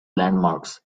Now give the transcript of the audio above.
landmarks